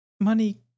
money